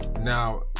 Now